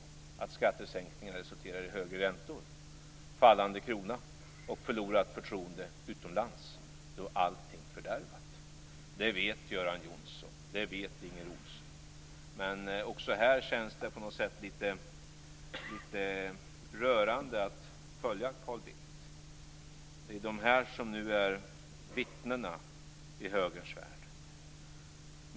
Men om skattesänkningen resulterar i högre räntor, fallande krona och förlorat förtroende utomlands är allting fördärvat. Det vet Göran Johnsson. Det vet Inger Ohlsson. Men också här känns det på något sätt litet rörande att följa Carl Bildt. Det är de här människorna som nu är vittnena i högerns värld.